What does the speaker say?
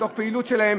בתוך פעילות שלהם,